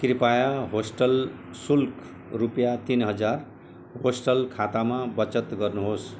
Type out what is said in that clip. कृपया होस्टल शुल्क रुपियाँ तिन हजार होस्टल खातामा बचत गर्नुहोस्